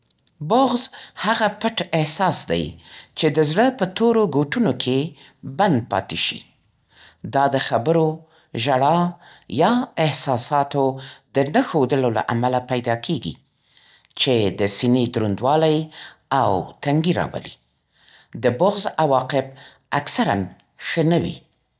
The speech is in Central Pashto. بغض هغه پټ احساس دی چې د زړه په تورو ګوټونو کې بند پاتې شي. دا د خبرو، ژړا یا احساساتو د نه ښودلو له امله پیدا کېږي، چې د سینې دروندوالی او تنګي راولي. د بغض عواقب اکثرا ښه نه وي.